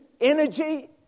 energy